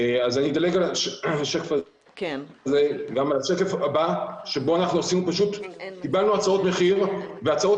אני אדלג על השקף הזה וגם על השקף הבא לפיו קיבלנו הצעות מחיר והצעות